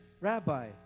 rabbi